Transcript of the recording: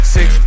Six